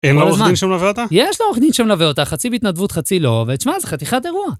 ‫אין לה עורך דין שמלווה אותה? ‫- יש לה עורך דין שמלווה אותה, חצי בהתנדבות, חצי לא. ‫ותשמע, זה חתיכת אירוע.